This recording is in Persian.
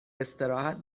استراحت